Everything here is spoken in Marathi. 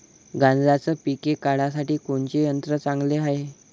गांजराचं पिके काढासाठी कोनचे यंत्र चांगले हाय?